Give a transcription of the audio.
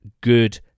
good